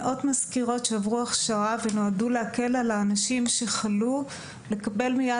על מאות מזכירות שעברו הכשרה ונועדו להקל על האנשים שחלו בקבלת